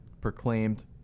proclaimed